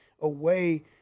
away –